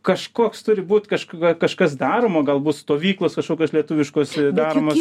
kažkoks turi būt kaž kažkas daroma galbūt stovyklos kažkokios lietuviškos daromos